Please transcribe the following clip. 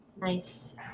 Nice